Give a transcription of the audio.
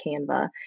Canva